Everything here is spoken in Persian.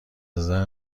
نظر